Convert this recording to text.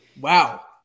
Wow